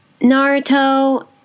Naruto